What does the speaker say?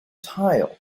tile